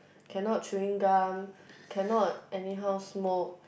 cannot chewing gum cannot anyhow smoke